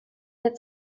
had